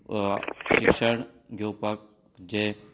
शिक्षण घेवपाक जे